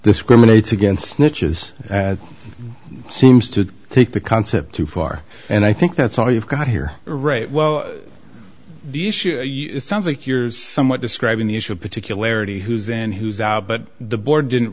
discriminates against snitches seems to take the concept too far and i think that's all you've got here right well the issue sounds like you're somewhat describing the issue of particularity who's in who's out but the board didn't